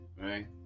right